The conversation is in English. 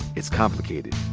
it's complicated.